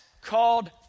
Called